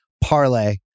Parlay